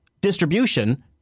distribution